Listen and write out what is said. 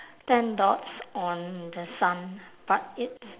ten dots on the sun but it's